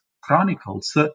chronicles